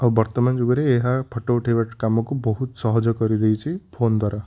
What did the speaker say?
ଆଉ ବର୍ତ୍ତମାନ ଯୁଗରେ ଏହା ଫୋଟ ଉଠେଇଵା କାମକୁ ବହୁତ ସହଜ କରିଦେଇଛି ଫୋନ୍ ଦ୍ୱାରା